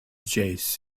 series